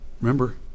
remember